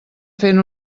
fent